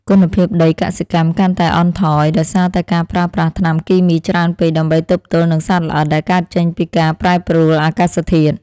គុណភាពដីកសិកម្មកាន់តែអន់ថយដោយសារតែការប្រើប្រាស់ថ្នាំគីមីច្រើនពេកដើម្បីទប់ទល់នឹងសត្វល្អិតដែលកើតចេញពីការ ប្រែប្រួលអាកាសធាតុ។